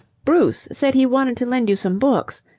bruce said he wanted to send you some books.